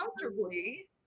comfortably